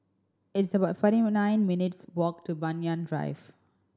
it's about forty nine minutes' walk to Banyan Drive